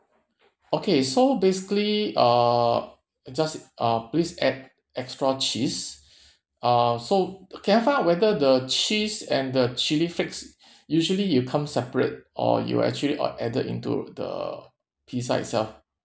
okay so basically uh just uh please add extra cheese uh so can I find out whether the cheese and the chilli flakes usually you come separate or you actually uh added into the pizza itself